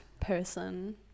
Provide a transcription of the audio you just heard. person